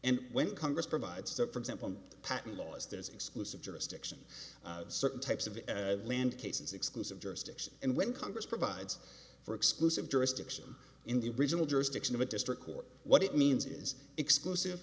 and when congress provides that for example patent laws there's exclusive jurisdiction certain types of land cases exclusive jurisdiction and when congress provides for exclusive jurisdiction in the original jurisdiction of a district court what it means is exclusive